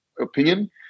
opinion